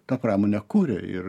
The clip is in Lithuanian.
tą pramonę kuria ir